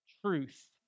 truth